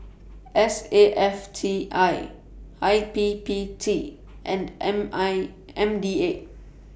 S A F T I I P P T and M I M D A